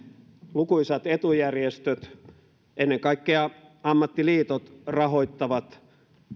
lukuisat etujärjestöt ennen kaikkea ammattiliitot rahoittavat